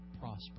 prosper